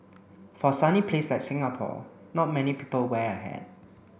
for a sunny place like Singapore not many people wear a hat